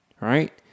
right